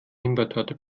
himbeertorte